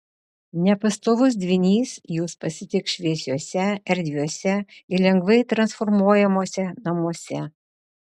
nepastovus dvynys jus pasitiks šviesiuose erdviuose ir lengvai transformuojamuose namuose